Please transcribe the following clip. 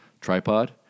tripod